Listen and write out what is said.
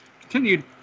continued